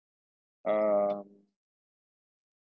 um